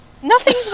Nothing's